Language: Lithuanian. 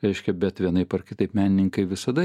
reiškia bet vienaip ar kitaip menininkai visada